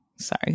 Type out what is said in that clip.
sorry